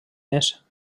més